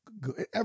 good